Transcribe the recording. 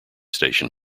station